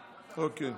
אוקיי.